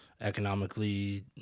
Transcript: economically